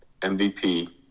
MVP